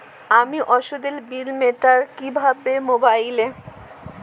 আমি ওষুধের বিল মেটাব কিভাবে মোবাইলে?